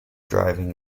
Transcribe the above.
driving